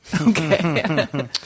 Okay